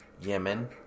Yemen